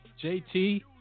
JT